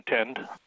attend